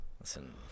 Listen